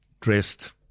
dressed